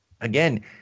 again